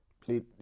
Please